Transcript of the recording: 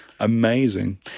amazing